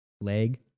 leg